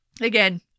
Again